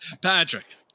Patrick